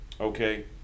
okay